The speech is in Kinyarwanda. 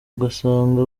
ugasanga